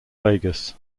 vegas